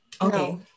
okay